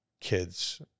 kids